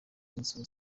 inzu